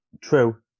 True